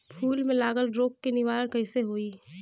फूल में लागल रोग के निवारण कैसे होयी?